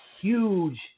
huge